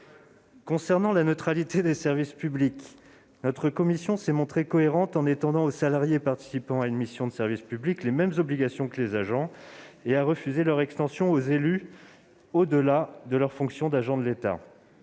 Concernant la neutralité des services publics, notre commission s'est montrée cohérente en étendant aux salariés participant à une mission de service public les mêmes obligations que les agents publics et a refusé leur extension aux élus au-delà de leurs fonctions d'agent de l'État.